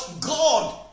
God